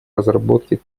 разработке